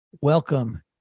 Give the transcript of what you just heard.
Welcome